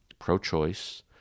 Pro-choice